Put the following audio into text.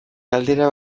galdera